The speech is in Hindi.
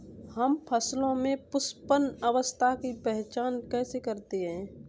हम फसलों में पुष्पन अवस्था की पहचान कैसे करते हैं?